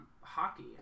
hockey